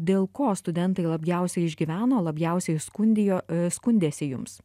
dėl ko studentai labiausiai išgyveno labiausiai skundijo skundėsi jums